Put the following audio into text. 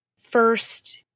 first